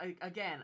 again